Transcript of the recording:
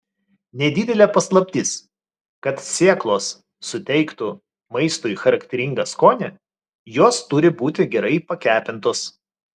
nedidelė paslaptis kad sėklos suteiktų maistui charakteringą skonį jos turi būti gerai pakepintos